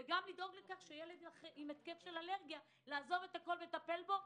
וגם לדאוג לכך שילד עם התקף אלרגיה לעזוב הכול ולטפל בו.